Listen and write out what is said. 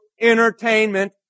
entertainment